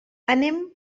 anem